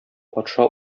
патша